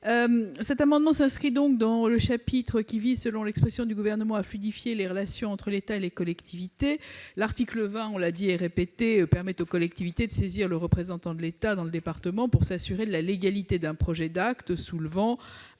Cet amendement s'inscrit dans le chapitre visant, selon l'expression du Gouvernement, à « fluidifier les relations entre l'État et les collectivités ». On l'a dit et répété, l'article 20 permet aux collectivités territoriales de saisir le représentant de l'État dans le département pour s'assurer de la légalité d'un projet d'acte soulevant